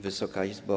Wysoka Izbo!